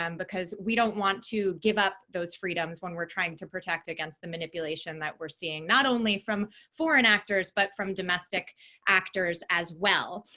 um because we don't want to give up those freedoms when we're trying to protect against the manipulation that we're seeing not only from foreign actors but from domestic actors as well.